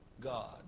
God